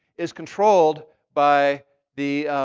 is controlled by the